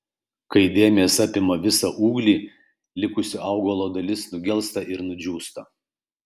kai dėmės apima visą ūglį likusi augalo dalis nugelsta ir nudžiūsta